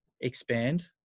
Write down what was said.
expand